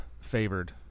favored